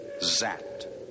Zat